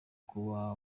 kuba